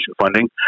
funding